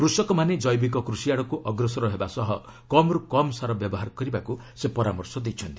କୃଷକମାନେ ଜୈବିକ କୃଷି ଆଡ଼କୁ ଅଗ୍ରସର ହେବା ସହ କମ୍ରୁ କମ୍ ସାର ବ୍ୟବହାର କରିବାକୁ ସେ ପରାମର୍ଶ ଦେଇଛନ୍ତି